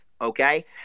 okay